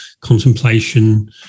contemplation